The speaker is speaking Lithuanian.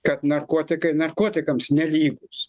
kad narkotikai narkotikams nelygūs